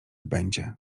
będzie